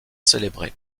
célébrés